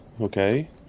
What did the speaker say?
Okay